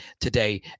today